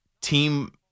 team